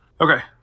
Okay